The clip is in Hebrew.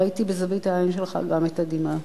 ראיתי בזווית העין שלך גם את הדמעה.